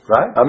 Right